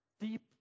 deep